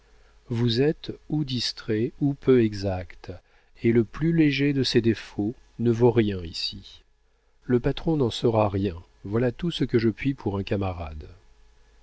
vous êtes ou distrait ou peu exact et le plus léger de ces défauts ne vaut rien ici le patron n'en saura rien voilà tout ce que je puis pour un camarade